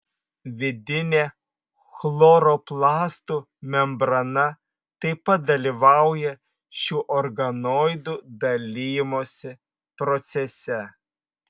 vidinė chloroplastų membrana taip pat dalyvauja šių organoidų dalijimosi procese